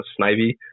snivy